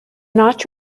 notch